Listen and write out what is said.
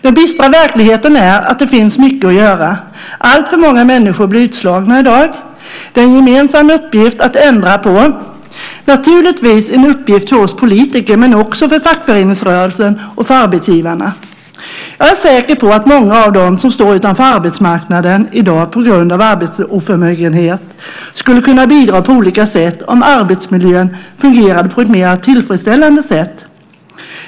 Den bistra verkligheten är att det finns mycket att göra. Alltför många människor blir utslagna i dag. Det är en gemensam uppgift att ändra på, naturligtvis en uppgift för oss politiker men också för fackföreningsrörelsen och för arbetsgivarna. Jag är säker på att många av dem som står utanför arbetsmarknaden i dag på grund av arbetsoförmåga skulle kunna bidra på olika sätt om arbetsmiljön fungerade på ett mer tillfredsställande sätt.